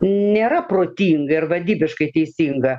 nėra protinga ir vadybiškai teisinga